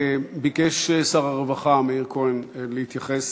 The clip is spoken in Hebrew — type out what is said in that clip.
ביקש שר הרווחה מאיר כהן להתייחס